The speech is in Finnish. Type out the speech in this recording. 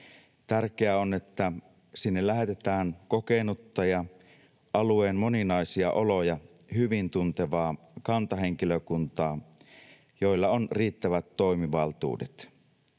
Tärkeää on, että sinne lähetetään kokenutta ja alueen moninaisia oloja hyvin tuntevaa kantahenkilökuntaa, jolla on riittävät toimivaltuudet.